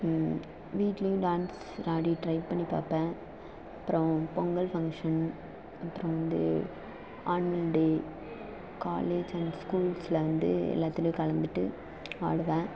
வீட்டிலையும் டான்ஸ் ஆடி ட்ரை பண்ணி பார்ப்பேன் அப்புறம் பொங்கல் ஃபங்ஷன் அப்புறம் வந்து ஆன்வல் டே காலேஜ் அண்ட் ஸ்கூல்ஸ்ல வந்து எல்லாத்திலையும் கலந்துகிட்டு ஆடுவேன்